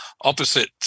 opposite